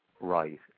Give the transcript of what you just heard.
right